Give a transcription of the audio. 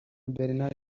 bernard